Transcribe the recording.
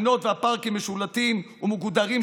הגינות והפארקים משולטים ומגודרים,